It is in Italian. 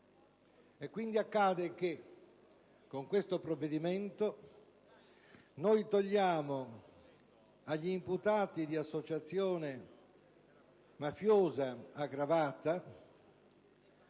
e quindi accade che con questo provvedimento si tolga agli imputati di associazione mafiosa aggravata